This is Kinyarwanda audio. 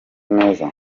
neza